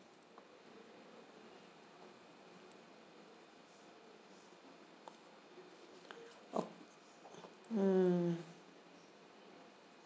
ok~ mm